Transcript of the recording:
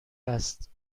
است